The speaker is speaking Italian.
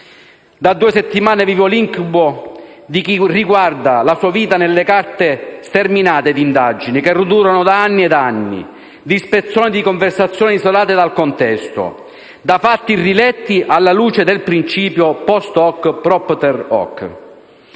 Da due settimane vivo l'incubo di chi riguarda la sua vita nelle carte sterminate di indagini che durano da anni e anni, di spezzoni di conversazioni isolate dal contesto, di fatti riletti alla luce del principio *post hoc propter hoc*.